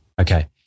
Okay